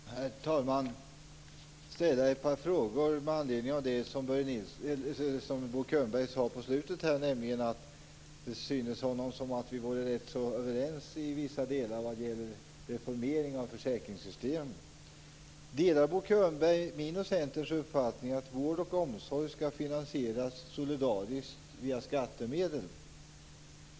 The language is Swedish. Herr talman! Jag vill ställa ett par frågor i anledning av det som Bo Könberg sade i slutet av sitt anförande, nämligen att det syntes honom som att vi var rätt så överens om vissa delar när det gäller reformering av försäkringssystemen. Delar Bo Könberg min och Centerns uppfattning att vård och omsorg skall finansieras solidariskt via skattemedel?